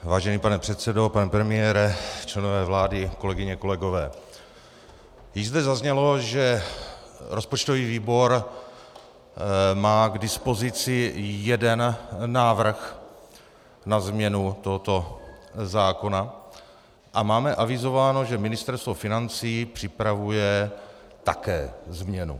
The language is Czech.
Vážený pane předsedo, pane premiére, členové vlády, kolegyně, kolegové, již zde zaznělo, že rozpočtový výbor má k dispozici jeden návrh na změnu tohoto zákona, a máme avizováno, že Ministerstvo financí připravuje také změnu.